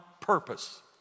purpose